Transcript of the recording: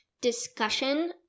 discussion